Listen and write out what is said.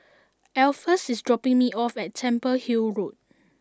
Alpheus is dropping me off at Temple Hill Road